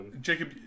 Jacob